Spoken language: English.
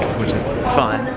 which is fun,